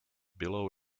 below